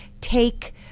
take